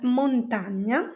montagna